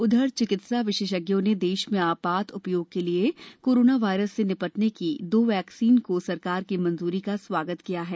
उधरचिकित्सा विशेषज्ञों ने देश में आपात उपयोग के लिए कोरोना वायरस से निपटने की दो वैक्सीन को सरकार की मंजूरी का स्वागत किया है